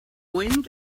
wind